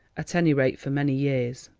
at any rate for many years.